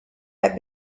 had